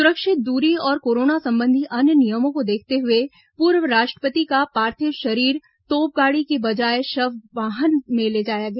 सुरक्षित दूरी और कोरोना संबंधी अन्य नियमों को देखते हुए पूर्व राष्ट्रपति का पार्थिव शरीर तोपगाड़ी की बजाए शव वाहन में ले जाया गया